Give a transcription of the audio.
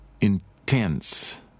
intense